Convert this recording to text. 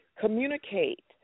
communicate